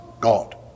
God